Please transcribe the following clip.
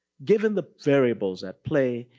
given the variables at play,